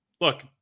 Look